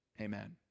amen